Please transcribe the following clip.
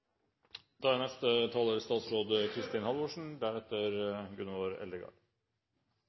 Da har statsråd Kristin Halvorsen